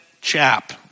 chap